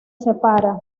separa